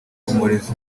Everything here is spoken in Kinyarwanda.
umurezi